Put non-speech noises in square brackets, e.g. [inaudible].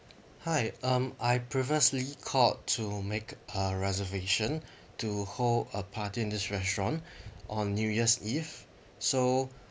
hi um I previously called to make a reservation to hold a party in this restaurant [breath] on new year's eve so